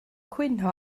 cwyno